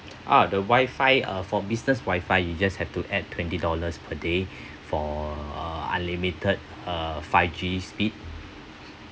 ah the wifi uh for business wifi you just have to add twenty dollars per day for uh unlimited uh five G speed